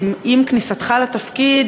עם כניסתך לתפקיד,